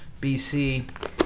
BC